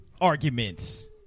Arguments